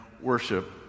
worship